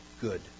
good